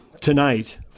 tonight